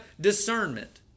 discernment